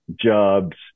jobs